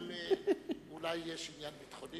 אבל אולי יש עניין ביטחוני.